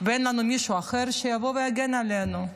ואין לנו מישהו אחר שיבוא ויגן עלינו.